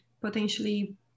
potentially